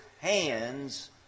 hands